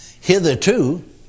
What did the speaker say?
hitherto